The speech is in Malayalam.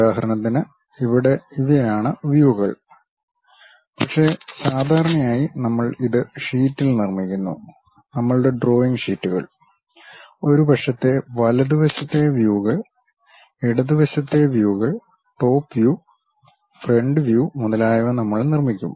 ഉദാഹരണത്തിന് ഇവിടെ ഇവയാണ് വ്യൂകൾ പക്ഷേ സാധാരണയായി നമ്മൾ ഇത് ഷീറ്റിൽ നിർമ്മിക്കുന്നു നമ്മളുടെ ഡ്രോയിംഗ് ഷീറ്റുകൾ ഒരുപക്ഷേ വലതുവശത്തെ വ്യൂകൾ ഇടത് വശത്തെ വ്യൂകൾ ടോപ് വ്യൂ ഫ്രണ്ട് വ്യൂ മുതലായവ നമ്മൾ നിർമ്മിക്കും